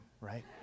right